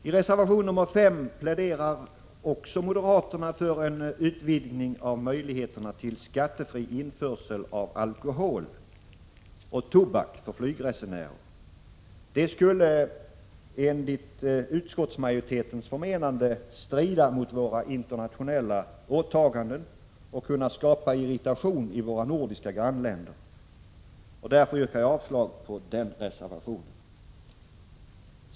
I reservation nr 5 pläderar moderaterna för en utvidgning av möjligheterna till skattefri införsel av alkohol och tobak för flygresenärer. Detta skulle enligt utskottsmajoritetens förmenande strida mot våra internationella åtaganden och kunna skapa irritation i våra nordiska grannländer. Därför yrkar jag avslag på reservationen.